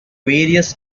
various